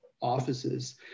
offices